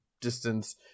distance